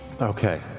Okay